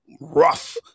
rough